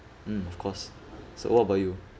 mm of course so what about you